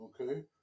Okay